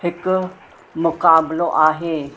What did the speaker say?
हिकु मुकाबिलो आहे